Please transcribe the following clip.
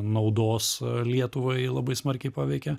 naudos lietuvai labai smarkiai paveikė